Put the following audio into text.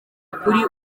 kuri